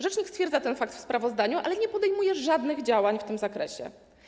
Rzecznik stwierdza ten fakt w sprawozdaniu, ale nie podejmuje żadnych działań w tym zakresie.